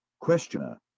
Questioner